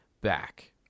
back